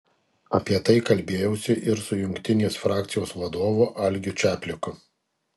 apie tai kalbėjausi ir su jungtinės frakcijos vadovu algiu čapliku